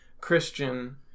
Christian